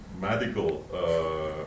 medical